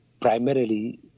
primarily